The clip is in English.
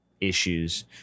issues